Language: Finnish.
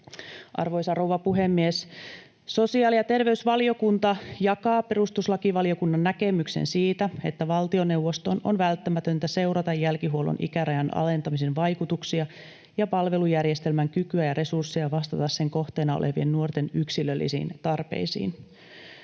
Arvoisa rouva puhemies! Sosiaali- ja terveysvaliokunta jakaa perustuslakivaliokunnan näkemyksen siitä, että valtioneuvoston on välttämätöntä seurata jälkihuollon ikärajan alentamisen vaikutuksia ja palvelujärjestelmän kykyä ja resursseja vastata sen kohteena olevien nuorten yksilöllisiin tarpeisiin.